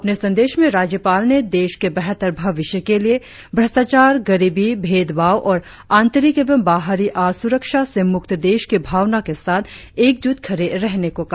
अपने संदेश में राज्यपाल ने देश के बेहतर भविष्य के लिए भ्रष्टाचार गरीबी भेदभाव और आंतरिक एवं बाहरी असुरक्षा से मुक्त देश की भावना के साथ एकजुट खड़े रहने को कहा